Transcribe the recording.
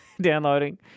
downloading